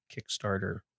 kickstarter